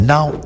Now